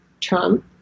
Trump